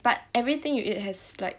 but everything you eat has like